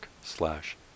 slash